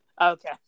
Okay